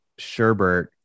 Sherbert